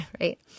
right